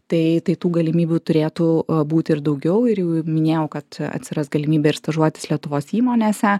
tai tai tų galimybių turėtų būti ir daugiau ir jau ir minėjau kad atsiras galimybė ir stažuotis lietuvos įmonėse